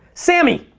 sammy?